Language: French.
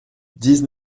dix